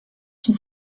une